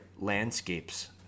landscapes